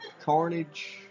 Carnage